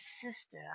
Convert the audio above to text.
sister